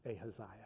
Ahaziah